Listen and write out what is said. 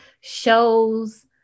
shows